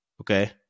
okay